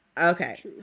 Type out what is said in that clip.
Okay